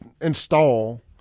install